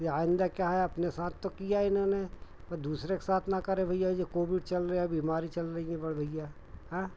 यह आइंदा क्या है अपने साथ तो किया इन्होंने पर दूसरे के साथ ना करें भैया यह कोविड चल रिया बीमारी चल रहीं है बड़े भैया हाँ